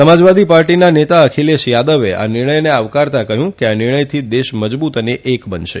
સમાજવાદી પાર્ટીના નેતા અખિલેશ થાદવે આ નિર્ણયને આવકારતા કહ્યું આ નિર્ણયથી દેશ મજબૂત અને એક બનશે